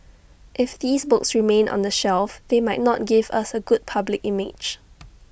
if these books remain on the shelf they might not give us A good public image